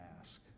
ask